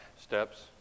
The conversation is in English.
steps